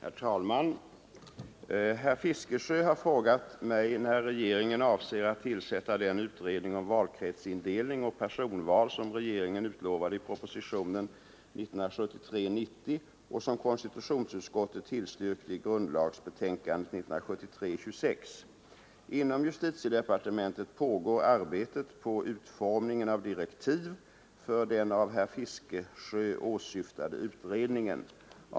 Herr talman! Herr Fiskesjö har frågar mig när regeringen avser att tillsätta den utredning om valkretsindelning och personval som regeringen utlovade i propositionen 1973:90 och som konstitutionsutskottet tillstyrkte i grundlagsbetänkandet 1973:26. Inom justitiedepartementet pågår arbetet på utformningen av direktiv för den av herr Fiskesjö åsyftade utredningen.